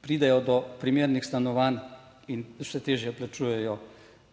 pridejo do primernih stanovanj in vse težje plačujejo